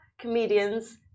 comedians